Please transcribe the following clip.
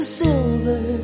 silver